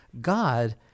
God